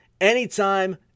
anytime